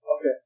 Okay